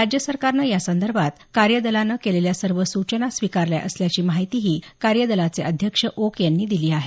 राज्य सरकारनं या संदर्भात कार्यदलानं केलेल्या सर्व सूचना स्वीकारल्या असल्याची माहितीही कार्यदलाचे अध्यक्ष ओक यांनी दिली आहे